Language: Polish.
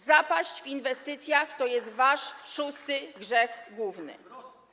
Zapaść w inwestycjach to jest wasz szósty grzech główny.